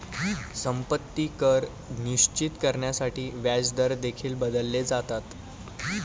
संपत्ती कर निश्चित करण्यासाठी व्याजदर देखील बदलले जातात